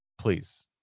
please